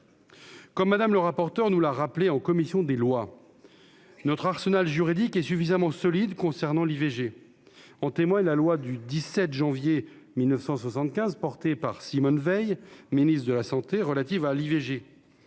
Comme notre rapporteur nous l'a rappelé en commission des lois, notre arsenal juridique est suffisamment solide concernant l'IVG. En témoigne la loi du 17 janvier 1975 portée par Simone Veil, alors ministre de la santé, relative à